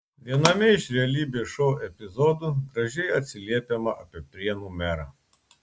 viename iš realybės šou epizodų gražiai atsiliepiama apie prienų merą